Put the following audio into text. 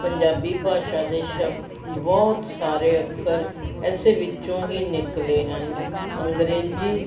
ਪੰਜਾਬੀ ਭਾਸ਼ਾ ਦੇ ਸ਼ਬਦ ਬਹੁਤ ਸਾਰੇ ਅੱਖਰ ਇਸੇ ਵਿੱਚੋਂ ਹੀ ਨਿਕਲੇ ਹਨ ਅੰਗਰੇਜ਼ੀ